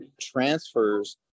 transfers